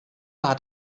hat